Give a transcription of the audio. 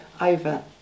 over